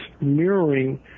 mirroring